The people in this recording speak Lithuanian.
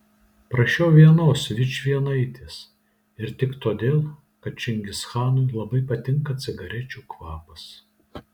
prašiau vienos vičvienaitės ir tik todėl kad čingischanui labai patinka cigarečių kvapas